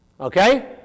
Okay